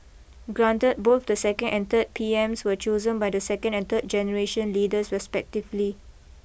granted both the second and third P Ms were chosen by the second and third generation leaders respectively